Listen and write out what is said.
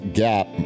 gap